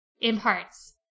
imparts